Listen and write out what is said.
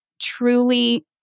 truly